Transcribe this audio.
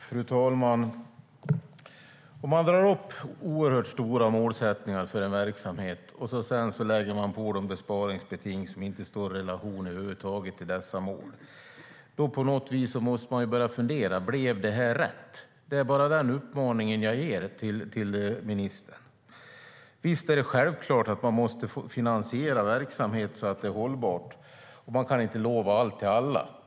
Fru talman! Om man drar upp oerhört stora målsättningar för en verksamhet och sedan lägger på besparingsbeting som över huvud taget inte står i relation till dessa mål måste man börja fundera: Blev det här rätt? Det är bara den uppmaningen jag ger till ministern. Visst är det självklart att man måste finansiera verksamhet så att det är hållbart, och man kan inte lova allt till alla.